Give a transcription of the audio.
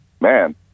Man